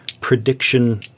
prediction